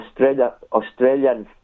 Australian